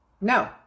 No